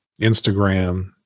Instagram